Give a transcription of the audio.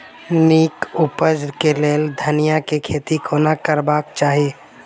नीक उपज केँ लेल धनिया केँ खेती कोना करबाक चाहि?